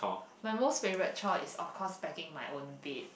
my most favourite chore is of course packing my own bed